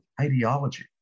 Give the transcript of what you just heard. ideology